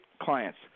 clients